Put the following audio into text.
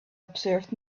observed